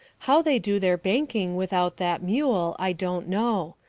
how they do their banking without that mule i don't know.